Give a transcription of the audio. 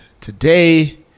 today